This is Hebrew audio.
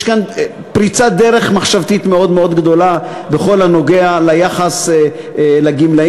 יש כאן פריצת דרך מחשבתית מאוד מאוד גדולה בכל הנוגע ליחס לגמלאים,